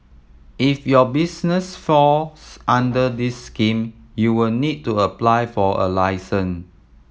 if your business falls under this scheme you will need to apply for a licence